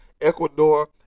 Ecuador